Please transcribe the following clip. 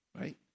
right